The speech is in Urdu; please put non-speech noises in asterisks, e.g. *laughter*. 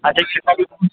اچھا *unintelligible*